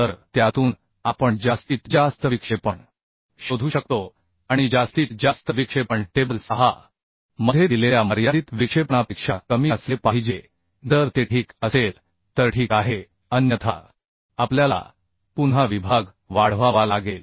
तर त्यातून आपण जास्तीत जास्त विक्षेपण शोधू शकतो आणि जास्तीत जास्त विक्षेपण टेबल 6 मध्ये दिलेल्या मर्यादित विक्षेपणापेक्षा कमी असले पाहिजे जर ते ठीक असेल तर ठीक आहे अन्यथा आपल्याला पुन्हा विभाग वाढवावा लागेल